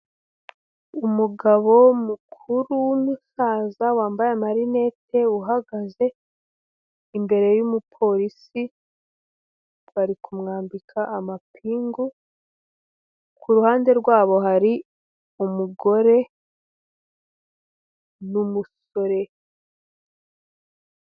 Umugabo mukuru w'umusaza, wambaye amarinete, uhagaze imbere y'umupolisi, bari kumwambika amapingu, ku ruhande rwabo hari umugore n'umusore.